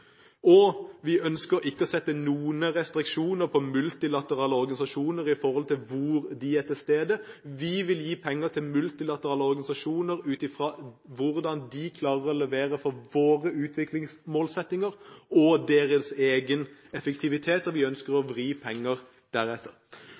Vi ønsker ikke å legge noen restriksjoner på multilaterale organisasjoner når det gjelder hvor de er til stede. Vi vil gi penger til multilaterale organisasjoner ut fra hvordan de klarer å levere i forhold til våre utviklingsmålsettinger og deres egen effektivitet, og vi ønsker å